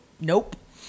Nope